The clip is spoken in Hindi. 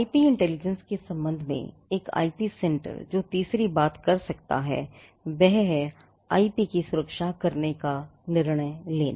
आईपी इंटेलिजेंस के संबंध में एक आईपी सेंटर जो तीसरी बात कर सकता है वह है आईपी की सुरक्षा करने का निर्णय लेना